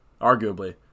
arguably